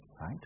right